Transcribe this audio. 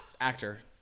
actor